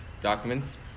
documents